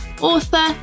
author